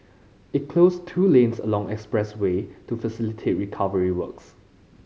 it closed two lanes along expressway to facilitate recovery works